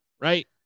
right